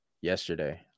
yesterday